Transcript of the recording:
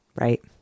right